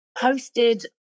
posted